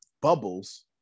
bubbles